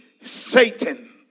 Satan